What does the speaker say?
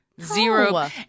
Zero